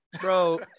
bro